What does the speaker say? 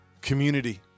community